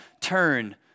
turn